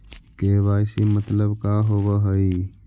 KYC मतलब का होव हइ?